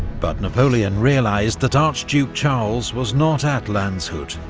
but napoleon realised that archduke charles was not at landshut,